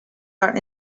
are